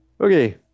okay